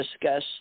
discuss